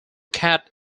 cat